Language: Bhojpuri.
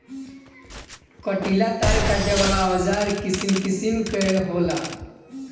कंटीला तार काटे वाला औज़ार किसिम किसिम कअ होला